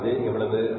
என்பது எவ்வளவு